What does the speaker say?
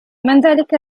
ذلك